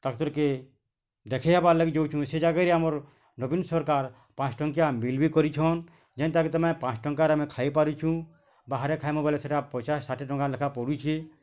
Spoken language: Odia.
ତାଙ୍କର୍ କେ ଦେଖିହବା ଲାଗିର୍ ଯାଉଛୁ ସେ ଜାଗା ରେ ଆମର୍ ନବୀନ୍ ସରକାର୍ ପାଞ୍ଚ ଟଙ୍କିଆ ମିଲ୍ ବି କରିଛନ୍ ଯେନ୍ତା କି ତମେ ପାଞ୍ଚ ଟଙ୍କା ରେ ଆମେ ଖାଇ ପାରୁଛୁ ବାହାରେ ଖାଇମୁ ବେଲେ ସେଇଟା ପଇସା ଷାଠିଏ ଟଙ୍କା ଲେଖା ପଡ଼ୁଛି